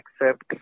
accept